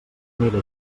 aniré